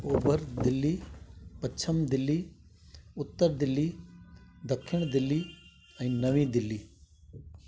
ओभर दिल्ली पछम दिल्ली उत्तर दिल्ली दखण दिल्ली ऐं नवी दिल्ली